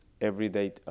everyday